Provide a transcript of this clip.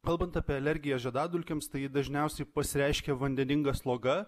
kalbant apie alergiją žiedadulkėms tai dažniausiai pasireiškia vandeninga sloga